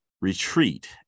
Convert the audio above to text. retreat